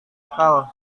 akal